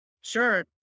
sure